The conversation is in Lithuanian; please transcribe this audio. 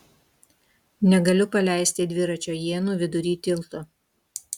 negaliu paleisti dviračio ienų vidury tilto